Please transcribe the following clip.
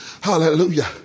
hallelujah